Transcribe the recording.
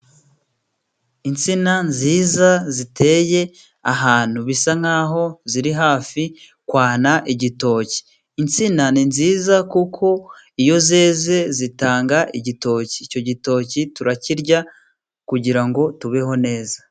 Insina nziza ziteye ahantu bisa nkaho ziri hafi kwana igitoki. Insina ni nziza kuko iyo zeze zitanga igitoki icyo gitoki turakirya kugira ngo tubeho neza.